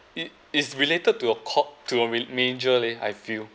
it is related to your cour~ to your major leh I feel